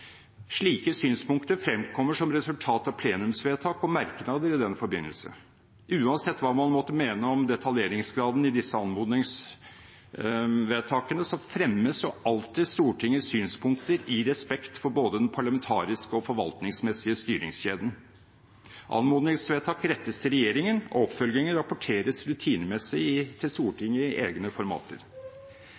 Slike synspunkter fremkommer som resultat av plenumsvedtak og merknader i den forbindelse. Uansett hva man måtte mene om detaljeringsgraden i disse anmodningsvedtakene, fremmes alltid Stortingets synspunkter i respekt for både den parlamentariske og den forvaltningsmessige styringskjeden. Anmodningsvedtak rettes til regjeringen, og oppfølginger rapporteres rutinemessig til Stortinget i egne formater.